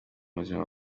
buzima